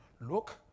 look